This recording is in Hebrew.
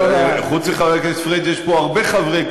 חוץ מחבר הכנסת פריג' יש פה הרבה חברי